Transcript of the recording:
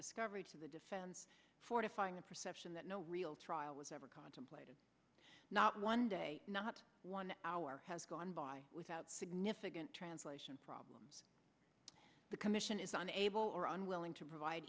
discovery to the defense fortifying the perception that no real trial was ever contemplated not one day not one hour has gone by without significant translation problems the commission is unable or unwilling to provide